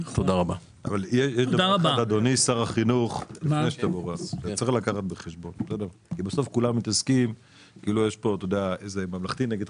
אדוני שר החינוך, כולם מתעסקים בממלכתי ובחרדי,